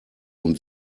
und